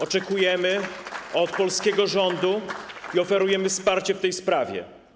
Oczekujemy tego od polskiego rządu i oferujemy wsparcie w tej sprawie.